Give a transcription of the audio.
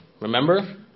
Remember